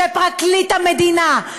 שפרקליט המדינה,